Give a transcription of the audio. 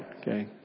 Okay